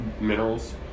minerals